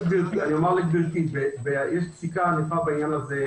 יש פסיקה בעניין הזה.